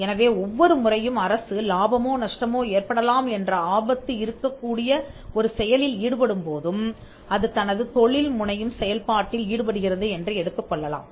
எனவே ஒவ்வொரு முறையும் அரசு லாபமோ நஷ்டமோ ஏற்படலாம் என்ற ஆபத்து இருக்கக்கூடிய ஒரு செயலில் ஈடுபடும் போதும் அது தனது தொழில் முனையும் செயல்பாட்டில் ஈடுபடுகிறது என்று எடுத்துக்கொள்ளலாம்